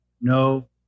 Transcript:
no